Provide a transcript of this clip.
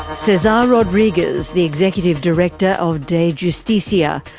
cesar rodriguez, the executive director of dejusticia,